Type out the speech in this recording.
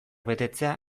betetzea